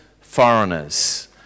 foreigners